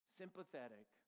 sympathetic